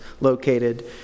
located